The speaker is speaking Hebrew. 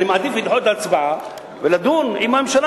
אני מעדיף לדחות את ההצבעה ולדון עם הממשלה